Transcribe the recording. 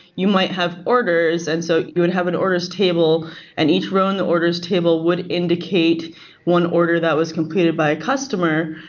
you might have orders, and so would have an orders table and each row in the orders table would indicate one order that was completed by customer,